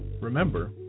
Remember